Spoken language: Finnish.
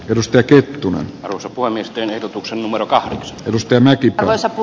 rostel ky tunnu tasapuolisten ehdotuksen numero kahden pisteen mäkipäivä sattuu